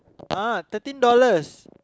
ah thirteen dollars